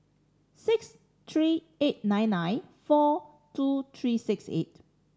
six three eight nine nine four two three six eight